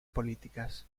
políticas